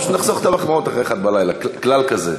פשוט נחסוך את המחמאות אחרי 01:00. כלל כזה.